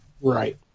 Right